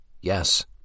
Yes